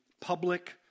public